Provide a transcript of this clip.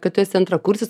kad tu esi antrakursis